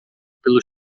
pelo